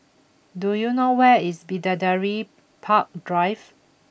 do you know where is Bidadari Park Drive